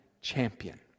champion